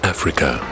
Africa